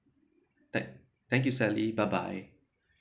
thank thank you sally bye bye